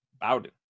Bowden